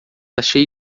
achei